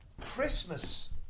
Christmas